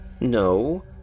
no